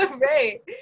Right